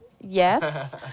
Yes